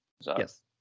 Yes